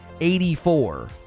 84